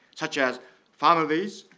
such as families,